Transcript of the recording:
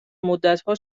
مدتها